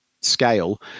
scale